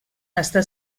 està